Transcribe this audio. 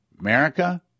America